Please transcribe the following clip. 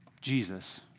Jesus